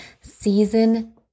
Season